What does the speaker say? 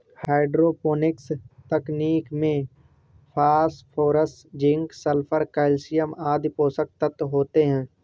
hydroponics तकनीक में phosphorus, zinc, sulphur, calcium आदि पोषक तत्व होते है